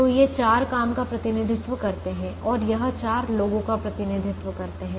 तो ये चार काम का प्रतिनिधित्व करते हैं और यह चार लोगों का प्रतिनिधित्व करते है